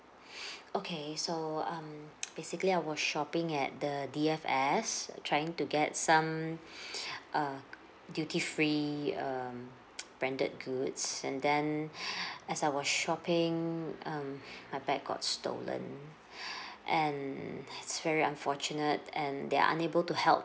okay so um basically I was shopping at the D_F_S trying to get some uh duty free um branded goods and then as I was shopping um my bag got stolen and it's very unfortunate and they are unable to help